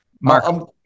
Mark